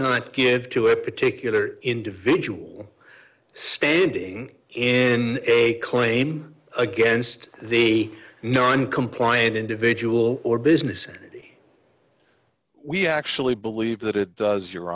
not good to a particular individual standing in a claim against the non compliant individual or business entity we actually believe that it does your